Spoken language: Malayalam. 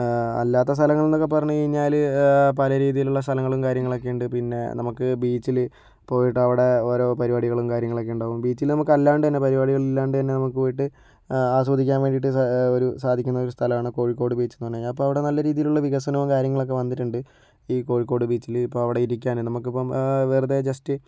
അല്ലാത്ത സ്ഥലങ്ങൾ എന്നൊക്കെ പറഞ്ഞു കഴിഞ്ഞാൽ പല രീതിയിലുള്ള സ്ഥലങ്ങളും കാര്യങ്ങളൊക്കെയുണ്ട് പിന്നെ നമ്മൾക്ക് ബീച്ചിൽ പോയിട്ട് അവിടെ ഓരോ പരിപാടികളും കാര്യങ്ങളൊക്കെ ഉണ്ടാവും ബീച്ചിൽ നമുക്ക് അല്ലാണ്ട് തന്നെ പരിപാടികളില്ലാണ്ട് തന്നെ നമുക്ക് പോയിട്ട് ആസ്വദിക്കാൻ വേണ്ടിയിട്ട് ഒരു സാധിക്കുന്ന ഒരു സ്ഥലമാണ് കോഴിക്കോട് ബീച്ച് എന്ന് പറഞ്ഞു കഴിഞ്ഞാൽ അപ്പോൾ അവിടെ നല്ല രീതിയിലുള്ള വികസനവും കാര്യങ്ങളൊക്കെ വന്നിട്ടുണ്ട് ഈ കോഴിക്കോട് ബീച്ചിൽ ഇപ്പോൾ അവിടെ ഇരിക്കാനും നമ്മൾക്കിപ്പം വെറുതെ ജസ്റ്റ്